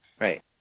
Right